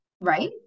right